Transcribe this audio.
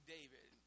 David